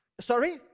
Sorry